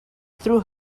through